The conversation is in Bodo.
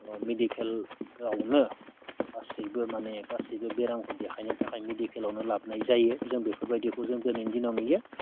बा मिडिकेलावनो गासैबो माने गासैबो बेरामखौ देखायनो थाखाय मिडिकेलावनो लाबोनाय जायो जों बेफोरबायदिखौ जों दिनैनि दिनाव नुयो